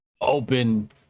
open